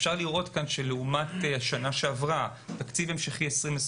אפשר לראות שלעומת שנה שעברה, תקציב המשכי 2021,